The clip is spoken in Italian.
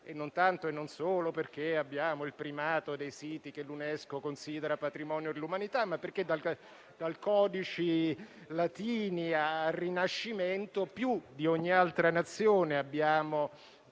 non tanto e non solo per il primato dei siti che l'UNESCO considera patrimonio dell'umanità, ma perché dai codici latini al Rinascimento più di ogni altra Nazione abbiamo